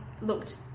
looked